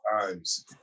times